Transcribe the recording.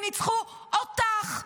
וניצחו אותך.